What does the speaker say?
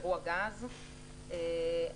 בסעיף הגדרות,